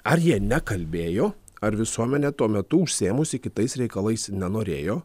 ar jie nekalbėjo ar visuomenė tuo metu užsiėmusi kitais reikalais nenorėjo